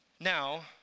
Now